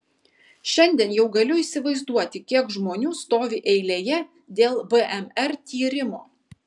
šiandien jau galiu įsivaizduoti kiek žmonių stovi eilėje dėl bmr tyrimo